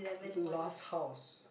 last house